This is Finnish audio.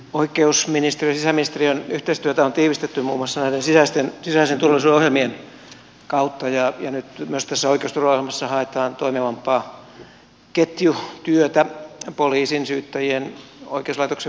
oikeusministeriön ja sisäministeriön yhteistyötä on tiivistetty muun muassa näiden sisäisen turvallisuuden ohjelmien kautta ja nyt myös tässä oikeusturvaohjelmassa haetaan toimivampaa ketjutyötä poliisin syyttäjien ja oikeuslaitoksen välillä